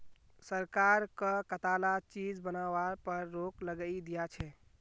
सरकार कं कताला चीज बनावार पर रोक लगइं दिया छे